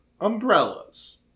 Umbrellas